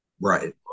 Right